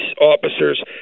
officers